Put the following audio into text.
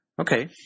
Okay